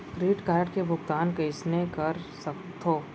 Credit card के भुगतान कइसने कर सकथो?